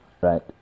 right